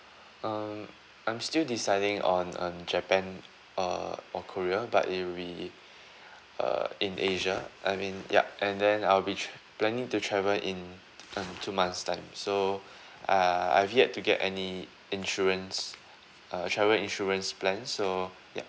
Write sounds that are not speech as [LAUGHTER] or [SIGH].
um I'm still deciding on um japan uh or korea but if we [BREATH] err in asia I mean yup and then I'll be tr~ planning to travel in um two months time so uh I've yet to get any insurance uh travel insurance plan so yup